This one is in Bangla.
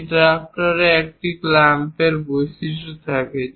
একটি ড্রাফটারে একটি ক্ল্যাম্পের বৈশিষ্ট্য থাকে